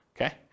okay